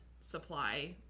supply